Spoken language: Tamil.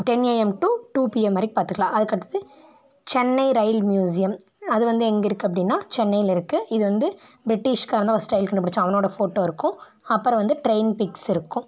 டென் ஏஎம் டு பிஎம் வரைக்கும் பாத்துக்கலாம் அதுக்கடுத்தது சென்னை ரயில் ம்யூஸியம் அது வந்து எங்கேருக்கு அப்படின்னா சென்னையில் இருக்குது இது வந்து பிரிட்டிஷ்காரந்தான் ஃபஸ்ட்டு ரயில் கண்டுபிடித்தான் அவனோட ஃபோட்டோ இருக்கும் அப்புறம் வந்து ட்ரைன் பிக்ஸ் இருக்கும்